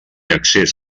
accés